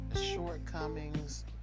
Shortcomings